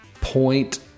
point